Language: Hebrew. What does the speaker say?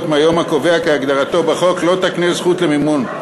מהיום הקובע כהגדרתו בחוק לא תקנה זכות למימון.